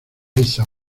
liza